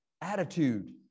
attitude